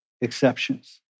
exceptions